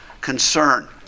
concern